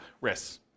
risks